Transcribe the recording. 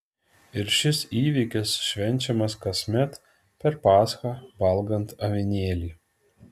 ir šis įvykis švenčiamas kasmet per paschą valgant avinėlį